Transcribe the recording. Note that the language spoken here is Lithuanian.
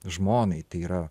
žmonai tai yra